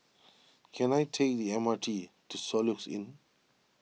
can I take the M R T to Soluxe Inn